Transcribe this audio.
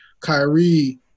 Kyrie